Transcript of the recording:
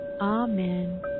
Amen